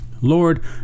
Lord